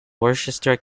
worcester